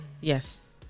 yes